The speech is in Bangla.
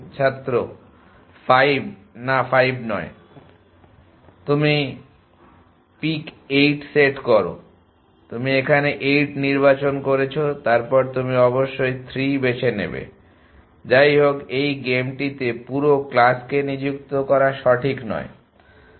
ছাত্র 5 না 5 নয় তুমি পিক 8 সেট করো তুমি এখানে 8 নির্বাচন করেছো তারপর তুমি অবশ্যই 3 বেছে নেবে যাইহোক এই গেমটিতে পুরো ক্লাসকে নিযুক্ত করা ঠিক নয়